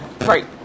Right